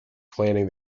planning